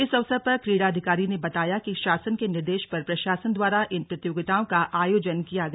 इस अवसर पर क्रीड़ा अधिकारी ने बताया कि शासन के निर्देश पर प्रशासन द्वारा इन प्रतियोगिताओं का आयोजन किया गया